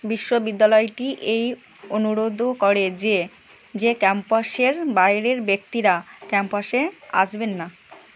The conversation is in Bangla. বিশ্ববিদ্যালয়টি এই অনুরোধও করে যে যে ক্যাম্পাসের বাইরের ব্যক্তিরা ক্যাম্পাসে আসবেন না